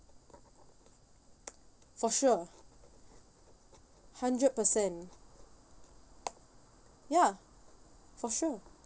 for sure hundred percent ya for sure